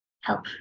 help